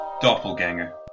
Doppelganger